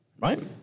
right